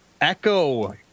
Echo